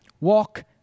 Walk